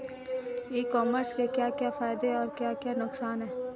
ई commerce के क्या क्या फायदे और क्या क्या नुकसान है?